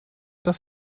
das